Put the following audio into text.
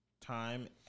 time